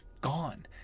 gone